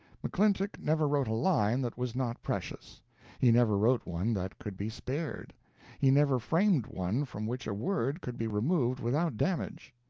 mcclintock never wrote a line that was not precious he never wrote one that could be spared he never framed one from which a word could be removed without damage.